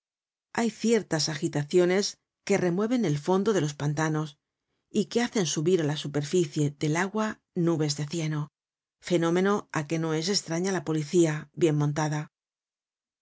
hay ciertas agitaciones que remueven el fondo de los pantanos y que hacen subir á la superficie del agua nubes de cieno fenómeno á que no es estraña la policía bien montada